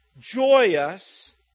joyous